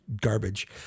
garbage